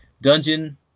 Dungeon